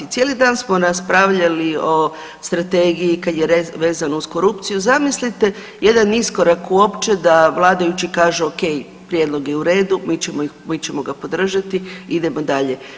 Cijeli dan smo raspravljali o strategiji kad je vezano uz korupciju, zamislite jedan iskorak uopće da vladajući kažu ok, prijedlog je u redu, mi ćemo ga podržati, idemo dalje.